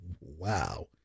Wow